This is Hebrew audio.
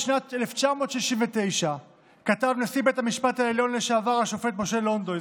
בשנת 1969 כתב נשיא בית המשפט העליון לשעבר השופט משה לנדוי,